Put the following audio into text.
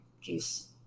juice